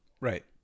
right